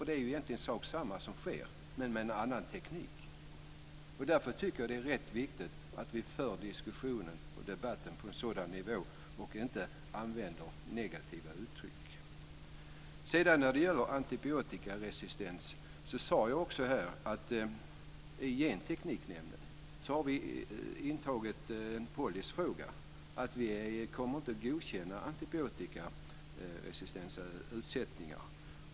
Det är ju egentligen samma sak som sker men med en annan teknik. Därför tycker jag att det är viktigt att vi inte använder negativa uttryck när vi för diskussionen och debatten. Jag sade att vi i Gentekniknämnden har antagit den policyn att vi inte kommer att godkänna antibiotikaresistenta utsättningar.